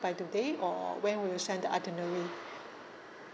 by today or when will you send the itinerary